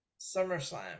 SummerSlam